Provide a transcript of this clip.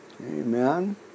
Amen